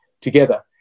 together